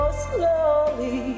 slowly